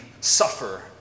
suffer